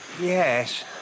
Yes